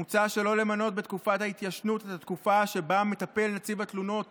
מוצע שלא למנות בתקופת ההתיישנות את התקופה שבה מטפל נציב תלונות